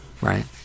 right